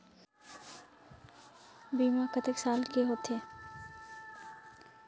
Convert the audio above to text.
बीमा कतेक साल के होथे?